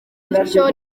bityo